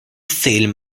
film